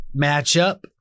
matchup